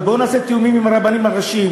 אבל בואו נעשה תיאומים עם הרבנים הראשיים.